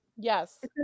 Yes